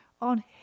on